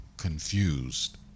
Confused